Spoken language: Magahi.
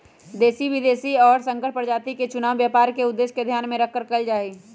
देशी, विदेशी और संकर प्रजाति के चुनाव व्यापार के उद्देश्य के ध्यान में रखकर कइल जाहई